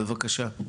בבקשה.